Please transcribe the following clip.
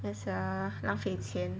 that's err 浪费钱